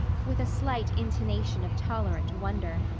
with a slight intonation of tolerant wonder.